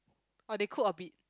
or they cooked a bit